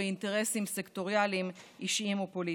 // אתם תהיו פושעים החל מיום מחר / ואנוכי אושיב אתכם במאסר.